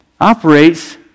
operates